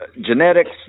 genetics